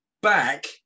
back